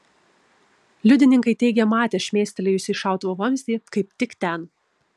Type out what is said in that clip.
liudininkai teigė matę šmėstelėjusį šautuvo vamzdį kaip tik ten